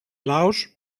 laos